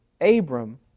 Abram